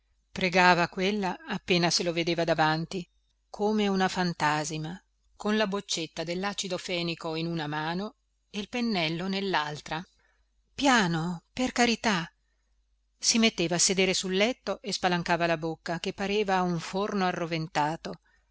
pregava quella appena se lo vedeva davanti come una fantasima con la boccetta dellacido fenico in una mano e il pennello nellaltra piano per carità si metteva a sedere sul letto e spalancava la bocca che pareva un forno arroventato